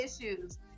issues